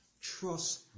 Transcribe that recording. Trust